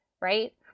right